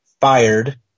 fired